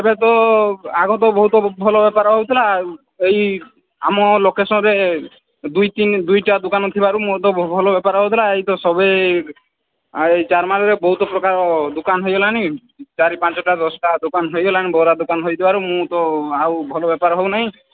ଏବେ ତ ଆଗ ତ ବହୁତ ଭଲ ବେପାର ହେଉଥିଲା ଏଇ ଆମ ଲୋକେସନ୍ରେ ଦୁଇ ତିନି ଦୁଇଟା ଦୋକାନ ଥିବାରୁ ମୁଁ ତ ଭଲ ବେପାର ହଉଥିଲା ଏଇ ତ ସବୁ ଏଇ ଚାରମାଲରେ ବହୁତ ପ୍ରକାର ଦୋକାନ ହେଇଗଲାଣି ଚାରି ପାଞ୍ଚଟା ଦଶଟା ଦୋକାନ ହେଇଗଲାଣି ବରା ଦୋକାନ ହେଇଥିବାରୁ ମୁଁ ତ ଆଉ ଭଲ ବେପାର ହେଉ ନାହିଁ